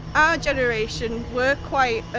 generation we're quite,